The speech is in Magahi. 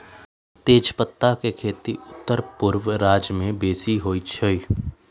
तजपत्ता के खेती उत्तरपूर्व राज्यमें बेशी होइ छइ